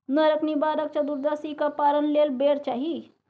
नरक निवारण चतुदर्शीक पारण लेल बेर चाही